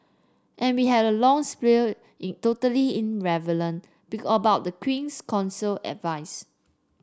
and we had a long spiel in totally irrelevant be about the Queen's Counsel advice